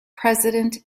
president